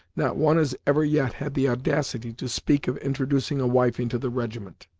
not one has ever yet had the audacity to speak of introducing a wife into the regiment.